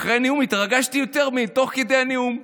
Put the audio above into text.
אחרי הנאום אני התרגשתי יותר מאשר תוך כדי הנאום.